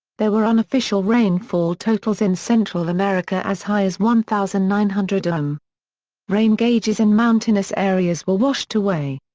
there were unofficial rainfall totals in central america as high as one thousand nine hundred mm um rain gauges in mountainous areas were washed away.